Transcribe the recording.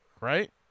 right